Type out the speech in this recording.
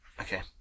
Okay